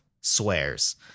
swears